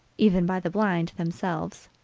even by the blind themselves.